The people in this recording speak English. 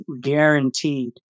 guaranteed